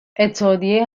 اتحادیه